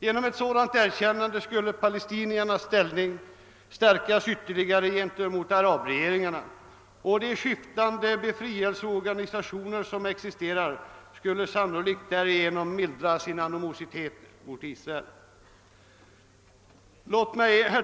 Genom ett sådant erkännande skulle palestiniernas ställning stärkas ytterligare gentemot arabregeringarna, och de skiftande befrielseorganisationer som =: existerar skulle sannolikt därigenom mildra sin animositet mot Israel.